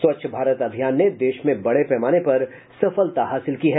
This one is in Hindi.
स्वच्छ भारत अभियान ने देश में बड़े पैमाने पर सफलता हासिल की है